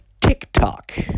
TikTok